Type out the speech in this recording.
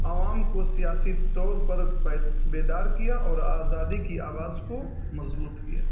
عوام کو سیاسی طور پر پید بیدار کیا اور آزادی کی آواز کو مضبوط کیا